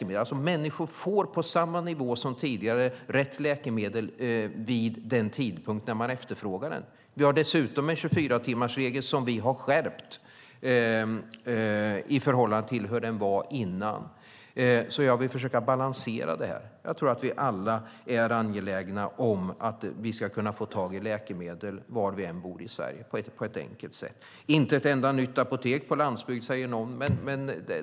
Människor får på samma nivå som tidigare rätt läkemedel vid den tidpunkt när man efterfrågar den. Vi har dessutom en 24-timmarsregel som vi har skärpt i förhållande till hur den var innan. Jag vill därför försöka balansera detta. Jag tror att vi alla är angelägna om att vi på ett enkelt sätt ska kunna få tag på läkemedel var vi än bor i Sverige. Det finns inte ett enda nytt apotek på landsbygden, säger någon.